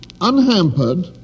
unhampered